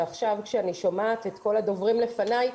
ועכשיו כשאני שומעת את כל הדוברים לפניי,